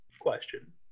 question